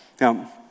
Now